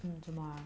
听你这么